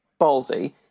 ballsy